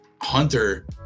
hunter